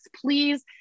please